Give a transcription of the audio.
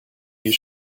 you